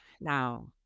now